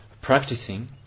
practicing